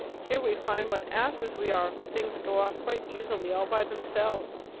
here we find what asses we are, for things go off quite easily, all by themselves.